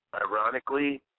ironically